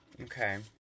Okay